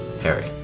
Harry